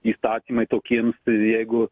įstatymai tokiems ir jeigu